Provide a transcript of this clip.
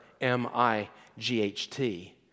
M-I-G-H-T